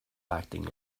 acting